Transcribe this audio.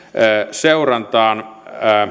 seurantaan